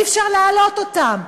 אי-אפשר להעלות אותם.